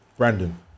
Brandon